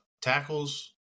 Tackles